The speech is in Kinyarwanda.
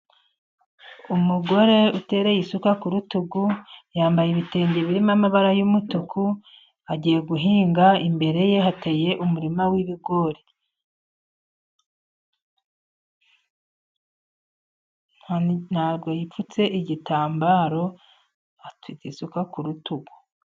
Umugore utereye isuka ku rutugu, yambaye ibitenge birimo amabara y'umutuku, agiye guhinga. Imbere ye hari umurima w'ibigori, nta bwo yipfutse igitambaro atereye isuka ku rutugu.